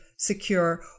secure